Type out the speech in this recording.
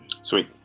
Sweet